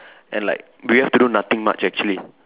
and like we have to do nothing much actually